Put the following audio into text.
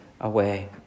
away